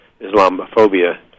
Islamophobia